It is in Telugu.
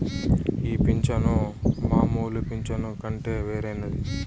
ఈ పింఛను మామూలు పింఛను కంటే వేరైనది